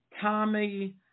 Tommy